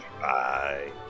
Bye